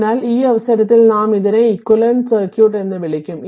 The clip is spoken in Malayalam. അതിനാൽ ഈ അവസരത്തിൽ നാം ഇതിനെ എക്വിവാലെന്റ സർക്യൂട്ട് എന്ന് വിളിക്കും